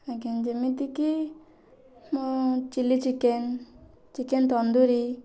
ଆଜ୍ଞା ଯେମିତିକି ମୁଁ ଚିଲି ଚିକେନ୍ ଚିକେନ୍ ତନ୍ଦୁରି